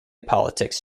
politics